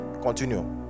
continue